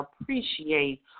appreciate